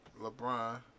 LeBron